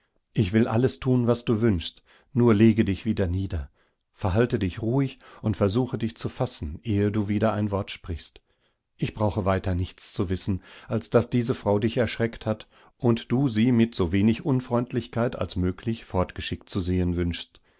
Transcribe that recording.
ruhigerbistichbittedichinständig warte bisduruhigerbist ichwillallestun was du wünschst nur lege dich wieder nieder verhalte dich ruhig und versuche dich zu fassen ehe du wieder ein wort sprichst ich brauche weiter nichts zu wissen als daß diese frau dich erschreckt hat und du sie mit so wenig unfreundlichkeit als möglich fortgeschickt zu sehen wünschst